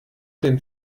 dem